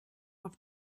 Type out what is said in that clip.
auf